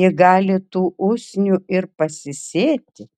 ji gali tų usnių ir pasisėti